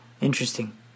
Interesting